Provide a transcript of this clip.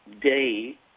day